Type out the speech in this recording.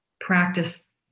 practice